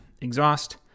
exhaust